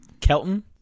Kelton